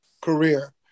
career